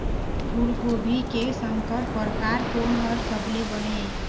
फूलगोभी के संकर परकार कोन हर सबले बने ये?